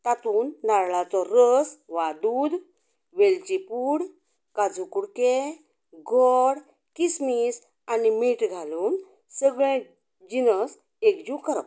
तातूंत नाल्लांचो रस वा दूद वेलची पूड काजू कुडके गोड किसमीस आनी मीठ घालून सगळे जिनस एकजूठ करप